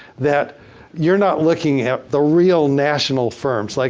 that you're not looking at the real national firms. like